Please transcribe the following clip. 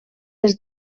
des